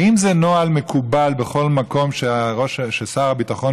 האם זה נוהל מקובל בכל מקום שכששר הביטחון